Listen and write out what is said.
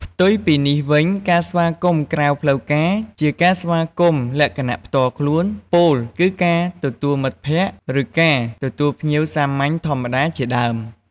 ផ្ទុយពីនេះវិញការស្វាគមន៍ក្រៅផ្លូវការជាការស្វាគមន៍លក្ខណៈផ្ទាល់ខ្លួន ពោលគឺការទទួលមិត្តភក្កិ ឬការទទួលភ្ញៀវសាមញ្ញធម្មតាជាដើម។